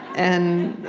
and